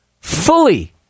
Fully